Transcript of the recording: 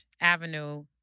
Avenue